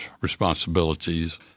responsibilities